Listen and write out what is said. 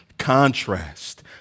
contrast